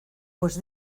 pues